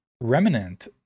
Remnant